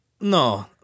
No